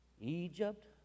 Egypt